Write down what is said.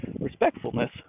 respectfulness